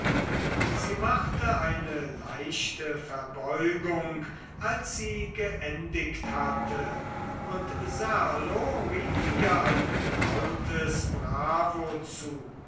sie machte eine leichte verbeugung als sie geendigt hatte und serlo rief ihr ein lautes bravo zu